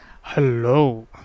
hello